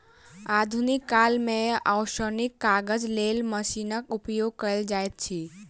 आधुनिक काल मे ओसौनीक काजक लेल मशीनक उपयोग कयल जाइत अछि